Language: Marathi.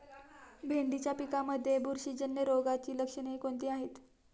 भेंडीच्या पिकांमध्ये बुरशीजन्य रोगाची लक्षणे कोणती आहेत?